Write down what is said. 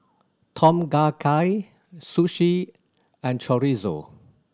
Tom Kha Gai Sushi and Chorizo